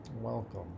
welcome